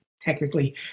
technically